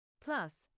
Plus